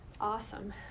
Awesome